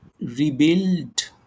rebuild